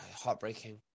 heartbreaking